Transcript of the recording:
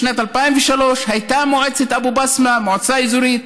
בשנת 2003 הייתה מועצת אבו-בסמה מועצה אזורית.